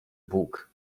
bóg